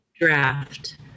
draft